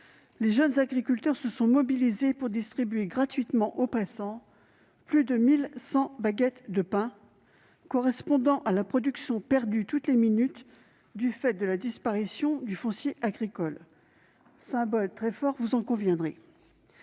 les Jeunes Agriculteurs se sont mobilisés pour distribuer gratuitement aux passants plus de 1 100 baguettes de pain, correspondant à la production perdue toutes les minutes du fait de la disparition de foncier agricole- un symbole très fort, vous en conviendrez